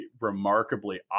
remarkably